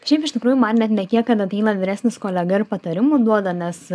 šiaip iš tikrųjų man net ne tiek kad ateina vyresnis kolega ir patarimų duoda nes